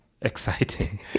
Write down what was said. Exciting